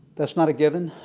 that's not a given.